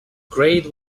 grade